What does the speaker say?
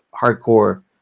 Hardcore